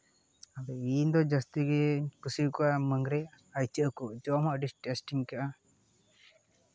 ᱟᱫᱚ ᱤᱧ ᱫᱚ ᱡᱟᱹᱥᱛᱤ ᱜᱮ ᱠᱩᱥᱤ ᱠᱚᱣᱟ ᱢᱟᱹᱜᱽᱨᱤ ᱟᱨ ᱤᱧᱟᱹᱜ ᱦᱟᱹᱠᱩ ᱤᱪᱟᱹᱜ ᱦᱚᱸ ᱟᱹᱰᱤ ᱴᱮᱥᱴᱤ ᱤᱧ ᱟᱹᱭᱠᱟᱹᱜᱼᱟ